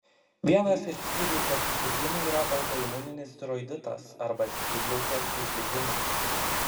vienas iš skydliaukės susirgimų yra autoimuninis tiroiditas arba skydliaukės uždegimas